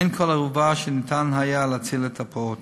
אין כל ערובה שניתן היה להציל את הפעוט.